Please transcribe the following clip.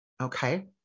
okay